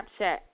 Snapchat